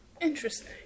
interesting